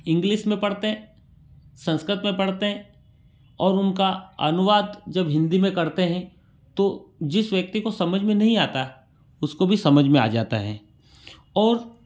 English में पढ़ते हैं संस्कृत में पढ़ते हैं और उनका अनुवाद जब हिंदी में करते हैं तो जिस व्यक्ति को समझ में नहीं आता उसको भी समझ में आ जाता है और